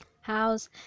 house